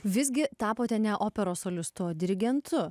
visgi tapote ne operos solistu o dirigentu